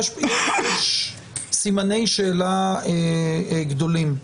יש סימני שאלה גדולים.